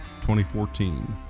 2014